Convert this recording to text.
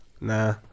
nah